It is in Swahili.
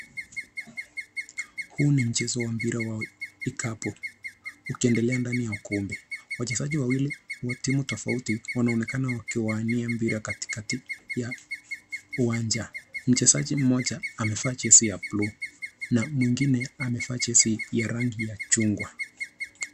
Huu ni mchezo wa mpira wa vikapu, ukiendelea ndani ya ukumbi, wachezaji wawili wa timu tofauti wanaonekana wakiwania mpira katikati ya uwanja, mchezaji mmoja ameva jezi ya buluu na mwingine amevaa jezi ya rangi ya chungwa.